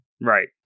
Right